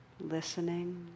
listening